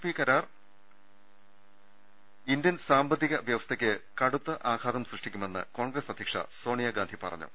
P കരാർ Indian സാമ്പത്തിക വ്യവസ്ഥയ്ക്ക് കടുത്ത ആഘാതം സൃഷ്ടിക്കുമെന്ന് കോൺഗ്രസ് അധ്യക്ഷ സോണിയാഗാന്ധി പറഞ്ഞു